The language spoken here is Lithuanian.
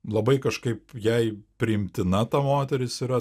labai kažkaip jai priimtina ta moteris yra